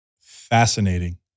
fascinating